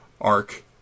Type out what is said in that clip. arc